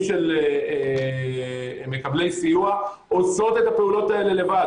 של מקבלי סיוע עושות את הפעולות האלה לבד.